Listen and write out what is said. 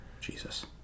Jesus